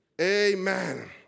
Amen